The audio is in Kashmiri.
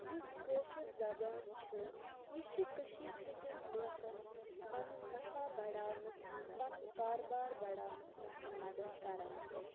یُس کٲشِر زَبان چھِ یہِ چھِ کٔشیٖر ہِندٮ۪ن لُکَن پَنُن نَفَع بَڑاونَس مَنٛز پَنُن کاربار بَڑاونَس مَنٛز تہِ مَدَد کَران